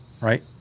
right